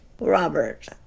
Robert